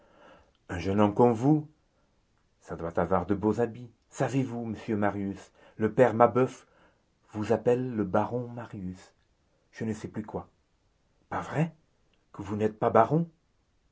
un jeune homme comme vous ça doit avoir de beaux habits savez-vous monsieur marius le père mabeuf vous appelle le baron marius je ne sais plus quoi pas vrai que vous n'êtes pas baron